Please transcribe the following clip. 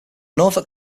norfolk